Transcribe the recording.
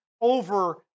over